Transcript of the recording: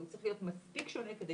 אבל הוא צריך להיות מספיק שונה כדי